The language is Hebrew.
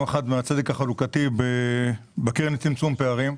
אחת מהצדק החלוקתי בקרן לצמצום פערים.